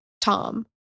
Tom